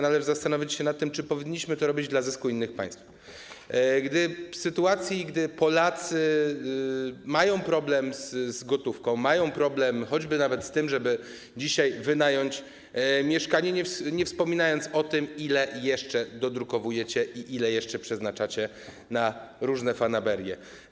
Należy zastanowić się nad tym, czy powinniśmy to robić dla zysku innych państw w sytuacji, gdy Polacy mają problem z gotówką, mają problem nawet z tym, żeby dzisiaj wynająć mieszkanie, nie wspominając o tym, ile jeszcze dodrukowujecie i ile jeszcze przeznaczacie na różne fanaberie.